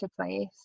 place